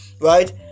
right